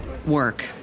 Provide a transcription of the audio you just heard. work